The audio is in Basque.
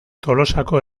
tolosako